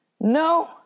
No